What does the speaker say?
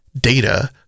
data